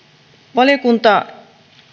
valiokunta